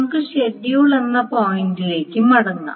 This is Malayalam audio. നമുക്ക് ഷെഡ്യൂൾ എന്ന പോയിന്റിലേക്ക് മടങ്ങാം